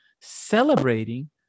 celebrating